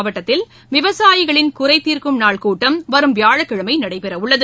மாவட்டத்தில் விவசாயிகளின் குறை தீர்க்கும் நாள் கூட்டம் வரும் வியாழக்கிழமை திருவாளுர் நடைபெறவுள்ளது